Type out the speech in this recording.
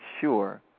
sure